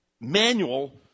manual